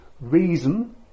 reason